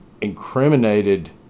incriminated